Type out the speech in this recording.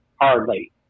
hardly